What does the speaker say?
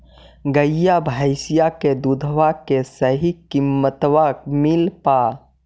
गईया भैसिया के दूधबा के सही किमतबा मिल पा?